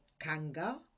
Kanga